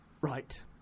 Right